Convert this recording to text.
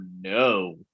no